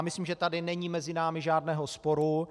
Myslím, že tady není mezi námi žádného sporu.